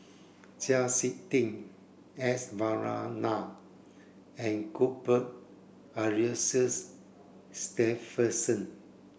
Chau Sik Ting S Varathan and Cuthbert Aloysius Shepherdson